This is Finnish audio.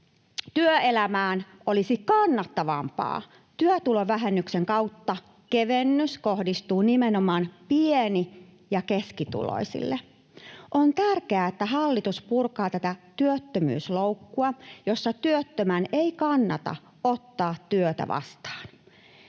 työelämään olisi kannattavampaa, työtulovähennyksen kautta kevennys kohdistuu nimenomaan pieni- ja keskituloisille. On tärkeää, että hallitus purkaa tätä työttömyysloukkua, jossa työttömän ei kannata ottaa työtä vastaan.